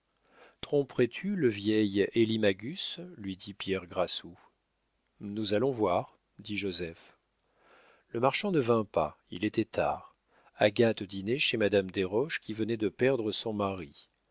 tromperais tu le vieil elie magus lui dit pierre grassou nous allons voir dit joseph le marchand ne vint pas il était tard agathe dînait chez madame desroches qui venait de perdre son mari